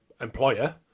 employer